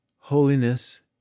holiness